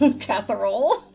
casserole